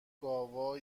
گاوا